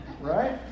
right